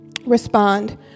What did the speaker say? respond